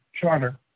charter